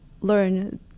learn